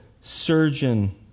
surgeon